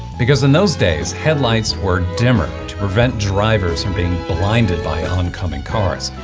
because in those days, headlights were dimmer to prevent drivers from being blinded by oncoming cars.